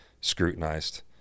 scrutinized